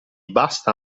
basta